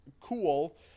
cool